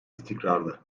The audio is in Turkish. istikrarlı